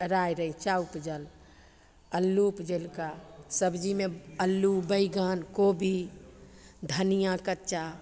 राइ रैञ्चा उपजल अल्लू उपजेलका सबजीमे अल्लू बैगन कोबी धनिया कच्चा